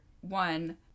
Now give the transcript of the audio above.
one